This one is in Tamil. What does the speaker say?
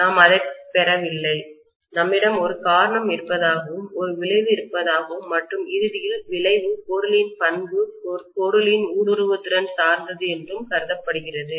நாம் அதைப் பெறவில்லை நம்மிடம் ஒரு காரணம் இருப்பதாகவும் ஒரு விளைவு இருப்பதாகவும் மற்றும் இறுதியில் விளைவு பொருளின் பண்பு பொருளின் ஊடுருவு திறன் சார்ந்தது என்றும் கருதப்படுகிறது